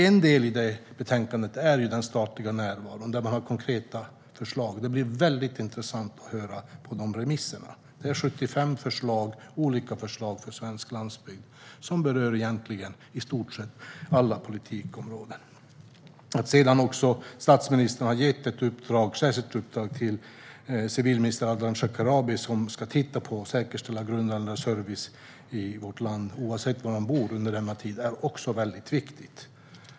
En del i betänkandet där det finns konkreta förslag gäller den statliga närvaron. Det blir väldigt intressant att höra remissvaren. Det är 75 olika förslag för svensk landsbygd som berör i stort sett alla politikområden. Statsministern har gett ett särskilt uppdrag till civilminister Ardalan Shekarabi, som ska titta på och säkerställa grundläggande service i vårt land oavsett var man bor. Det är också viktigt.